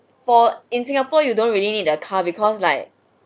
for in singapore you don't really need a car because like